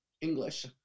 English